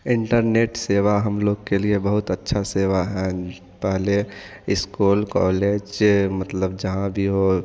internet सेवा हम लोग के लिए बहुत अच्छा सेवा हैं पहले इस्कूल कॉलेज मतलब जहाँ भी हो